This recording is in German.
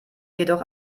jedoch